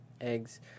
eggs